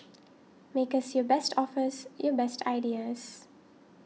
make us your best offers your best ideas